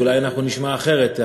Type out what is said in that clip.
אולי אנחנו נשמע אחרת.